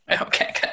Okay